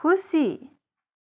खुसी